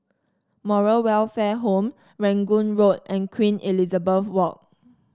Moral Welfare Home Rangoon Road and Queen Elizabeth Walk